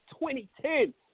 2010